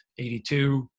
82